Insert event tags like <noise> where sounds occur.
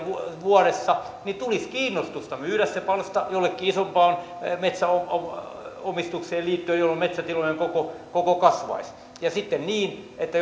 vuodessa niin tulisi kiinnostusta myydä se palsta jollekin isompaan metsänomistukseen liittyen jolloin metsätilojen koko koko kasvaisi ja sitten niin että <unintelligible>